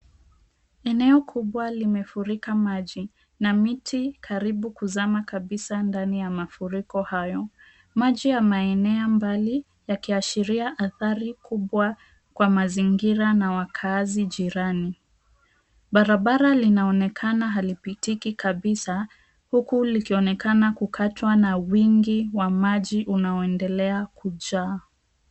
Eneo kubwa limefurika maji na miti karibu kuzama kabisa ndani ya mafuriko hayo. Maji yameenea mbalimbali yakiashiria athari kubwa kwa mazingira na wakazi jirani. Barabara linaonekana halipitiki kabisa, huku likionekana kukatwa na wingi wa maji unaoendelea kujaa.